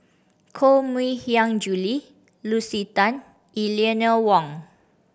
Koh Mui Hiang Julie Lucy Tan Eleanor Wong